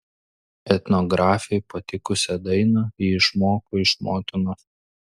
etnografei patikusią dainą ji išmoko iš motinos